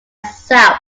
south